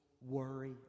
worry